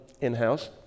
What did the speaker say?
in-house